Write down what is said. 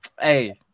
Hey